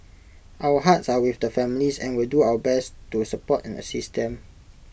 our hearts are with the families and will do our best to support and assist them